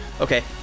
Okay